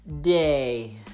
day